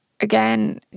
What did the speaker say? again